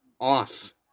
off